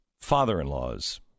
father-in-law's